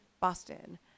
Boston